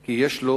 כי יש לו